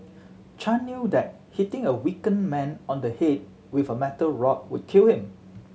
Chan knew that hitting a weakened man on the head with a metal rod would kill him